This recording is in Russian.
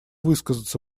высказаться